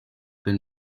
been